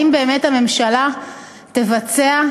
האם באמת הממשלה תבצע,